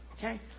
Okay